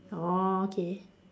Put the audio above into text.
orh okay